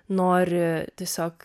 nori tiesiog